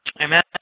Amen